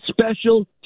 special